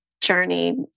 journey